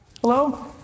hello